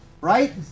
right